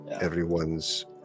everyone's